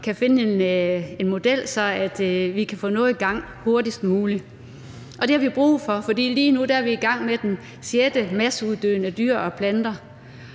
kan finde en model, så vi kan få noget i gang hurtigst muligt, og det har vi jo brug for, for lige nu er vi i gang med den sjette masseuddøen af dyr og planter.